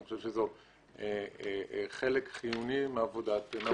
אני חושב שזה חלק חיוני מעבודת משרדי הממשלה.